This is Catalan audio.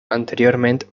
anteriorment